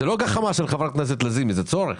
זו לא גחמה של חה"כ לזימי, זה צורך.